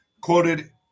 quoted